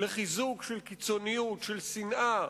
לחיזוק של קיצוניות, של שנאה.